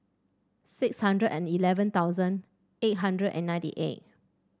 six hundred and eleven thousand eight hundred and ninety eight